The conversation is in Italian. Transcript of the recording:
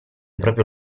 proprio